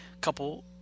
couple –